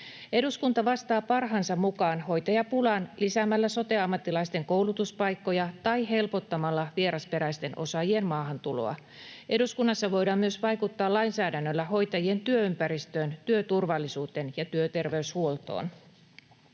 Eduskunta vastaa parhaansa mukaan hoitajapulaan lisäämällä sote-ammattilaisten koulutuspaikkoja tai helpottamalla vierasperäisten osaajien maahantuloa. Eduskunnassa voidaan vaikuttaa lainsäädännöllä myös hoitajien työympäristöön, työturvallisuuteen ja työterveyshuoltoon.